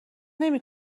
نمی